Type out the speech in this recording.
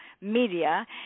Media